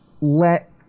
let